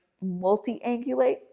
multi-angulate